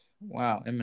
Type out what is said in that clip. Wow